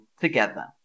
together